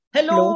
Hello